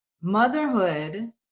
motherhood